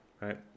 Right